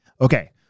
Okay